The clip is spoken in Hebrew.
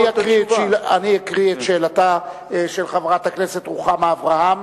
אני אקריא את שאלתה של חברת הכנסת רוחמה אברהם: